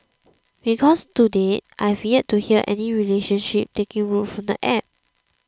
because to date I have yet to hear of any relationship taking root from the app